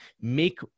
make